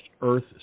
earth